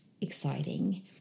exciting